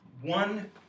One